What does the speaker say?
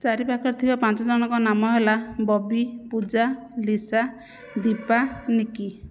ଚାରି ପାଖରେ ଥିବା ପାଞ୍ଚ ଜଣଙ୍କ ନାମ ହେଲା ବବି ପୂଜା ଲିସା ଦୀପା ନିକି